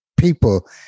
people